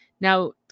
now